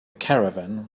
caravan